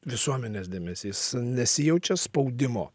visuomenės dėmesys nesijaučia spaudimo